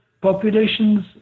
populations